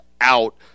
out